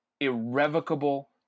irrevocable